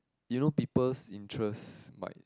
you know people's interest might